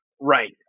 Right